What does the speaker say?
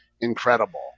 incredible